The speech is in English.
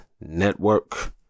Network